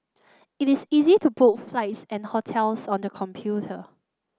it is easy to book flights and hotels on the computer